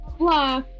blah